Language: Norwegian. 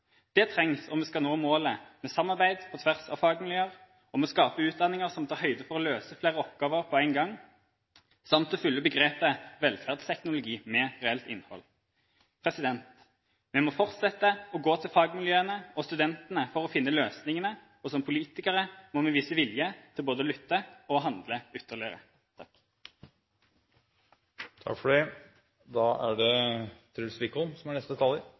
Det trengs om vi skal nå målene om samarbeid på tvers av fagmiljøer, om å skape utdanninger som tar høyde for å løse flere oppgaver på en gang samt å fylle begrepet «velferdsteknologi» med reelt innhold. Vi må fortsette å gå til fagmiljøene og studentene for å finne løsningene, og som politikere må vi vise vilje til både å lytte og handle ytterligere. Jeg mener at denne meldingen er viktig av mange av de grunnene som flere har vært inne på. Den er